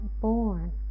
born